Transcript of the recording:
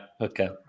okay